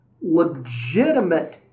legitimate